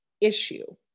issue